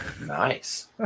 nice